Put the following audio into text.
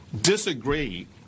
disagree